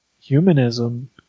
Humanism